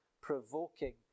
provoking